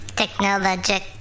technologic